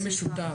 משותף.